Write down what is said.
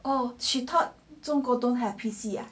oh she thought 中国 don't have P_C ya